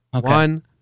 One